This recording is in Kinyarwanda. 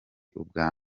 ubwa